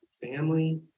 family